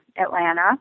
Atlanta